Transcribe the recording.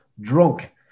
drunk